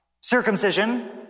Circumcision